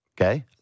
Okay